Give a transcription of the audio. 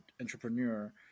entrepreneur